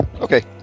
Okay